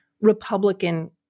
Republican